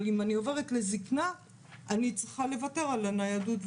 אבל אם אני עוברת לזקנה אני צריכה לוותר על הניידות והשר"מ.